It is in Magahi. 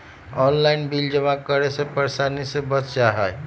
ऑनलाइन बिल जमा करे से परेशानी से बच जाहई?